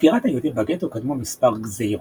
לסגירת היהודים בגטו קדמו מספר גזירות,